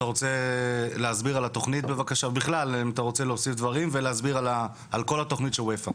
אתה רוצה להוסיף דברים ולהסביר על כל התוכנית של אופ"א?